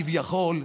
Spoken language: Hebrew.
כביכול,